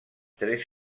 tres